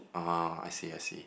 ah I see I see